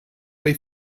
way